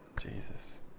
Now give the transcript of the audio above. Jesus